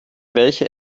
welche